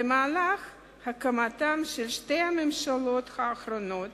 במהלך הקמתן של שתי הממשלות האחרונות